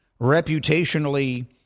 reputationally